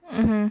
mmhmm